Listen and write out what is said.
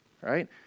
right